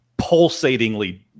pulsatingly